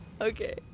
Okay